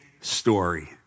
story